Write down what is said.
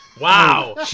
Wow